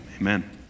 Amen